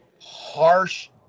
harsh